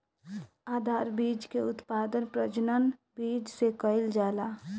आधार बीज के उत्पादन प्रजनक बीज से कईल जाला